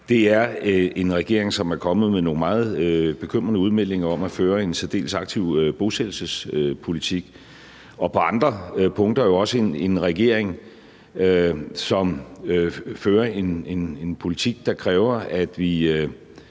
– er en regering, som er kommet med nogle meget bekymrende udmeldinger om at føre en særdeles aktiv bosættelsespolitik, og på andre punkter jo også en regering, som fører en politik, der kræver, at vi